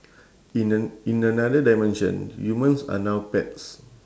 in an~ in another dimension humans are now pets